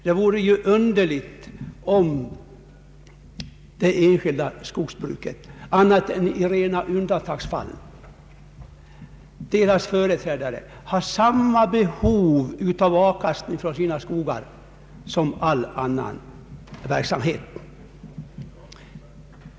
Det vore ju underligt om inte företrädarna för det enskilda skogsbruket annat än i rena undantagsfall skulle ha samma behov av avkastning från sina skogar som alla andra skogsägare.